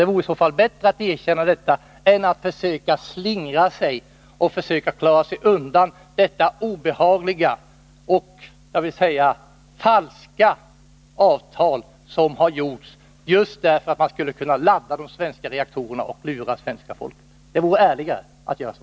Det vore bättre att erkänna detta än att slingra sig och försöka klara sig undan detta obehagliga, ja, jag vill säga falska avtal som har träffats för att man skulle kunna ladda de svenska reaktorerna och lura det svenska folket. Det vore ärligare att göra så.